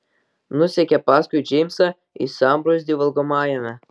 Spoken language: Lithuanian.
nusekė paskui džeimsą į sambrūzdį valgomajame